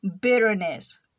bitterness